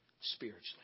spiritually